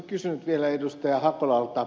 olisin kysynyt vielä ed